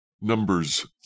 Numbers